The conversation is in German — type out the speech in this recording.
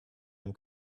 dem